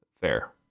fair